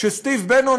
כשסטיב בנון,